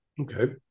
Okay